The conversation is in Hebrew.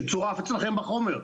שצורף אצלכם בחומר,